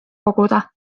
koguda